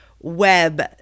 web